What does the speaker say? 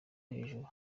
hejuru